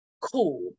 cool